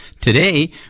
Today